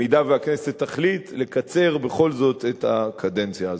אם הכנסת תחליט בכל זאת לקצר את הקדנציה הזאת.